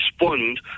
respond